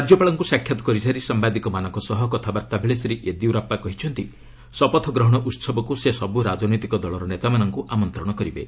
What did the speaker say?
ରାଜ୍ୟପାଳଙ୍କୁ ସାକ୍ଷାତ୍ କରିସାରି ସାମ୍ଭାଦିକମାନଙ୍କ ସହ କଥାବାର୍ତ୍ତା ବେଳେ ଶ୍ରୀ ୟେଦିୟୁରାପ୍ପା କହିଛନ୍ତି ଶପଥଗ୍ରହଣ ଉତ୍ସବକୁ ସେ ସବୁ ରାଜନୈତିକ ଦଳର ନେତାମାନଙ୍କୁ ଆମନ୍ତ୍ରଣ କରିବେ